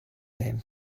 him